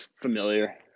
familiar